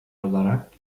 olarak